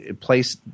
place